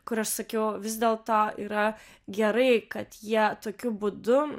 kur aš sakiau vis dėlto yra gerai kad jie tokiu būdu